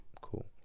Cool